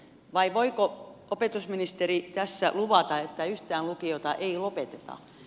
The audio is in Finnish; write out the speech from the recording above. vai voiko opetusministeri tässä luvata että yhtään lukiota ei lopeteta